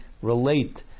relate